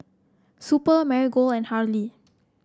Super Marigold and Hurley